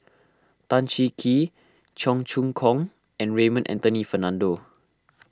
Tan Cheng Kee Cheong Choong Kong and Raymond Anthony Fernando